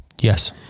Yes